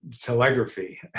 telegraphy